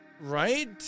Right